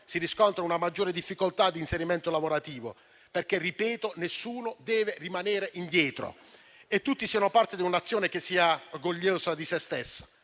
si riscontra una maggiore difficoltà di inserimento lavorativo. Tutto questo perché nessuno deve rimanere indietro e affinché tutti siano parte di una Nazione che sia orgogliosa di se stessa.